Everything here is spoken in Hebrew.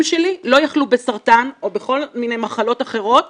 שלי לא יחלו בסרטן או בכל מיני מחלות אחרות